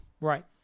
Right